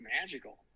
magical